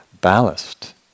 ballast